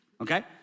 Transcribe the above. okay